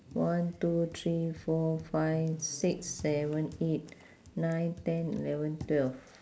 one two three four five six seven eight nine ten eleven twelve